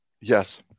Yes